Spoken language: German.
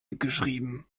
geschrieben